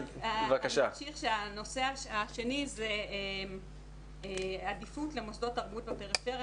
הנושא השני זה עדיפות למוסדות תרבות בפריפריה